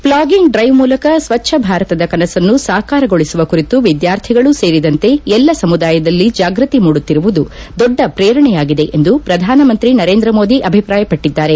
ಥ್ಲಾಗಿಂಗ್ drive ಮೂಲಕ ಸ್ವಚ್ಛ ಭಾರತದ ಕನಸನ್ನು ಸಾಕಾರಗೊಳಿಸುವ ಕುರಿತು ವಿದ್ಯಾರ್ಥಿಗಳೂ ಸೇರಿದಂತೆ ಎಲ್ಲ ಸಮುದಾಯದಲ್ಲಿ ಜಾಗೃತಿ ಮೂಡುತ್ತಿರುವುದು ದೊಡ್ಡ ಪ್ರೇರಣೆಯಾಗಿದೆ ಎಂದು ಪ್ರಧಾನಮಂತ್ರಿ ನರೇಂದ್ರ ಮೋದಿ ಅಭಿಪ್ರಾಯಪಟ್ಟಿದ್ದಾರೆ